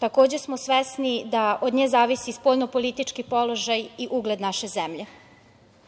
takođe smo svesni da od nje zavisi spoljnopolitički položaj i ugled naše zemlje. Na